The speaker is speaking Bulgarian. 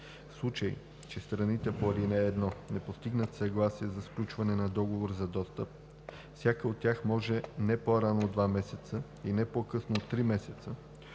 случай че страните по ал. 1 не постигнат съгласие за сключване на договор за достъп, всяка от тях може не по-рано от два месеца и не по-късно от три месеца